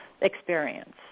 experience